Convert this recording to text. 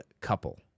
COUPLE